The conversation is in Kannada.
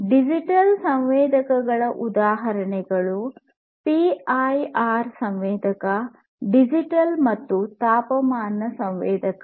ಡಿಜಿಟಲ್ ಸಂವೇದಕಗಳ ಉದಾಹರಣೆಗಳು ಪಿಐಆರ್ ಸಂವೇದಕ ಡಿಜಿಟಲ್ ಮತ್ತು ತಾಪಮಾನ ಸಂವೇದಕ